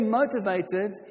motivated